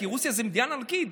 רוסיה זאת מדינה ענקית,